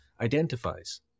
identifies